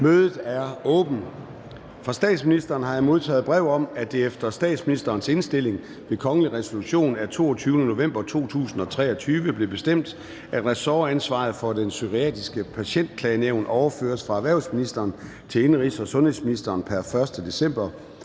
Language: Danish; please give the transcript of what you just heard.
Mødet er åbnet. Fra statsministeren har jeg modtaget brev om, at det efter statsministerens indstilling ved kongelig resolution af 22. november 2023 blev bestemt, at ressortansvaret for Det Psykiatriske Patientklagenævn overføres fra erhvervsministeren til indenrigs- og sundhedsministeren pr. 1. december